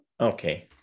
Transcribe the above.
Okay